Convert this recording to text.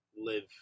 live